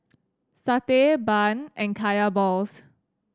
satay bun and Kaya balls